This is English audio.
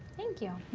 thank you.